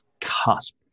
cusp